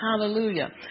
Hallelujah